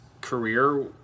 career